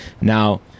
Now